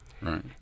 right